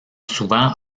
souvent